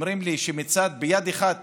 אומרים לי שביד אחת